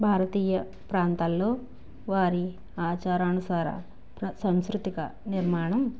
భారతీయ ప్రాంతాల్లో వారి ఆచారానుసార ప్ర సాంస్కృతిక నిర్మాణం